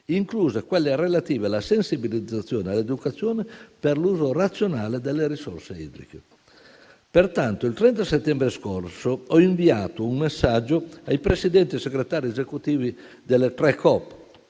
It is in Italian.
incluse quelle relative alla sensibilizzazione e all'educazione per l'uso razionale delle risorse idriche. Pertanto, il 30 settembre scorso ho inviato un messaggio ai Presidenti e segretari esecutivi delle tre COP